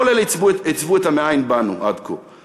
כל אלה עיצבו את "מאין באנו" עד כה.